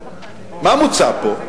מה מוצע פה?